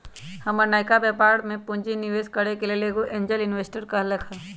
हमर नयका व्यापर में पूंजी निवेश करेके लेल एगो एंजेल इंवेस्टर कहलकै ह